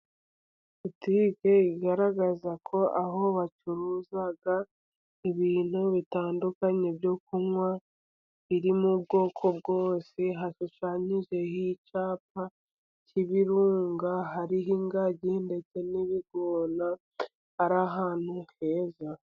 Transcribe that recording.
Butike igaragazako aho bacuruza ibintu bitandukanye byo kunywa birimo ubwoko bwose, hashushanyijeho icyapa cy'ibirunga, hariho ingagi ndetse n'ibikona ari ahantu heza.